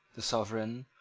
the sovereign,